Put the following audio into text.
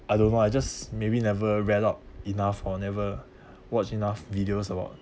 I don't know I just maybe never read up enough or never watched enough videos about